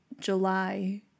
July